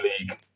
League